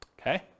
okay